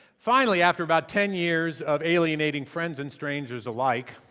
finally, after about ten years of alienating friends and strangers alike,